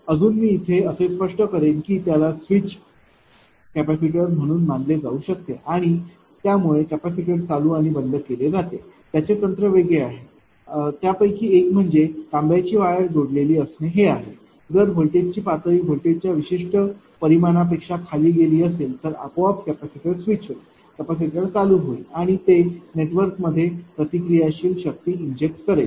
अजून मी इथे असे स्पष्ट करेन की त्याला स्विच्ड कॅपेसिटर म्हणून मानले जाऊ शकते आणि त्यामुळे कॅपेसिटर चालू आणि बंद केले जाते त्याचे तंत्र वेगळे आहे त्यापैकी एक म्हणजे तांब्याची वायर जोडलेलली असणे हे आहे जर व्होल्टेजची पातळी व्होल्टेजच्या विशिष्ट परिमाणांपेक्षा खाली गेली असेल तर आपोआप कॅपेसिटर स्विच होईल कॅपेसिटर चालू होईल आणि ते नेटवर्कमध्ये प्रतिक्रियाशील शक्ती इंजेक्ट करेल